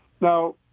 Now